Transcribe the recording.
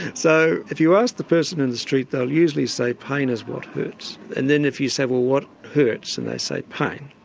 so if you asked the person in the street they'll usually say pain is what hurts and then if you say well what hurts and they say pain.